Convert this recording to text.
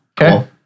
Okay